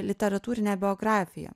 literatūrinę biografiją